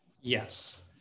Yes